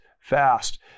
fast